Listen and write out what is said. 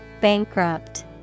Bankrupt